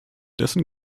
dessen